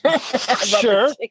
Sure